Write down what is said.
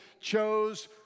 chose